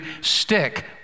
stick